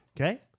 Okay